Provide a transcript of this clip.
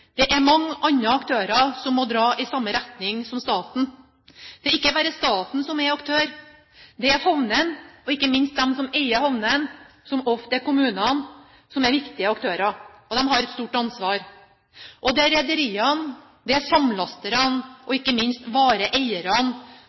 Det er mange andre aktører som må dra i samme retning som staten. Det er ikke bare staten som er aktør. Havnene og ikke minst de som eier havnene, som ofte er kommunene, er viktige aktører, og de har et stort ansvar. Og rederiene, samlasterne og ikke minst vareeierne